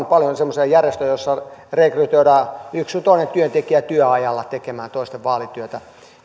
paljon semmoisia järjestöjä joissa rekrytoidaan yksi sun toinen työntekijä työajalla tekemään toisten vaalityötä